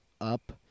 up